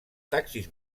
taxis